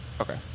okay